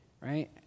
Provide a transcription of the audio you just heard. Right